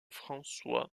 françois